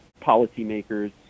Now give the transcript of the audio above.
policymakers